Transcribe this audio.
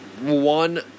one